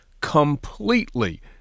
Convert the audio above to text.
completely